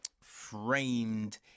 framed